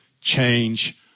change